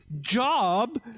job